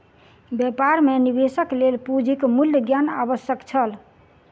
व्यापार मे निवेशक लेल पूंजीक मूल्य ज्ञान आवश्यक छल